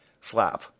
slap